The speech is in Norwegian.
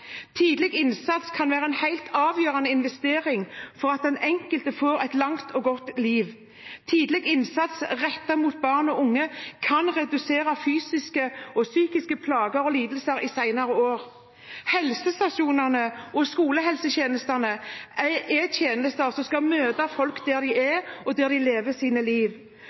Tidlig innsats kan være en helt avgjørende investering for at den enkelte får et langt og godt liv. Tidlig innsats rettet mot barn og unge kan redusere fysiske og psykiske plager og lidelser i senere år. Helsestasjonene og skolehelsetjenesten er tjenester som skal møte folk der de er, og der de lever sine liv.